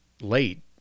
late